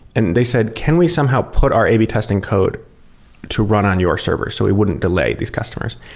and they said can we somehow put our a b testing code to run on your servers so it wouldn't delay these customers?